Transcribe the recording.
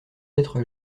être